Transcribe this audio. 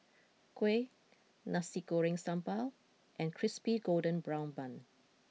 Kuih Nasi Goreng Sambal and Crispy Golden Brown Bun